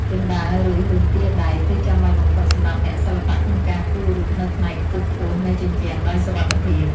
ជណ្ដើរ ឬរន្ទាដែក គឺចាំបាច់បំផុតសម្រាប់អ្នកសិល្បៈក្នុងការគូររូបនៅផ្នែកខ្ពស់ៗនៃជញ្ជាំងដោយសុវត្ថិភាព។